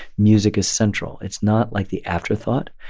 music is central. it's not like the afterthought.